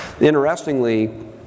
Interestingly